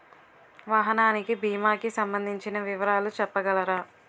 వాహనానికి భీమా కి సంబందించిన వివరాలు చెప్పగలరా?